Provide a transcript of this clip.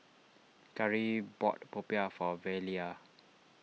Kari bought Popiah for Velia